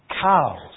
Cows